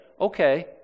Okay